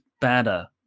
better